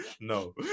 no